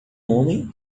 homem